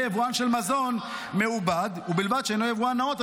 יבואן של מזון מעובד ובלבד שאינו יבואן נאות,